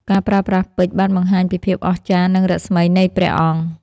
ការប្រើប្រាស់ពេជ្របានបង្ហាញពីភាពអស្ចារ្យនិងរស្មីនៃព្រះអង្គ។